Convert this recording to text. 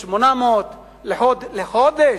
1.8 מיליון לחודש.